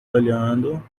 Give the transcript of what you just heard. olhando